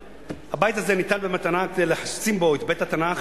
הבית הזה ניתן במתנה כדי לשכן בו את בית-התנ"ך,